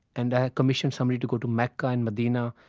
and i commissioned somebody to go to mecca and medina,